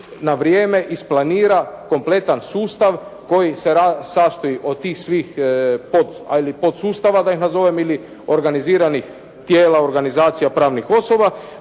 na vrijeme i isplanira kompletan sustav koji se sastoji od tih svih podsustava da ih nazovem ili organiziranih tijela organizacija pravnih osoba,